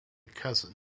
cousin